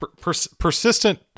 persistent